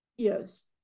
Yes